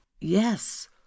yes